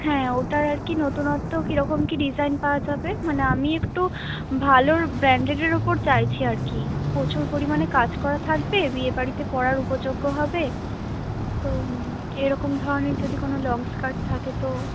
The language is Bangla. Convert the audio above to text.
হ্যাঁ ওটার আর কী নতুনত্ব কিরকম কী ডিজাইন পাওয়া যাবে মানে আমি একটু ভালো ব্র্যান্ডেডের ওপর চাইছি আর কি প্রচুর পরিমাণে কাজ করা থাকবে বিয়েবাড়িতে পরার উপযোগ্য হবে তো এরকম ধরনের যদি কোনো লং স্কার্ট থাকে তো